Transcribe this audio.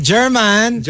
German